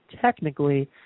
technically